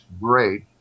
great